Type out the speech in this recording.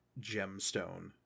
gemstone